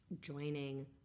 joining